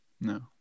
no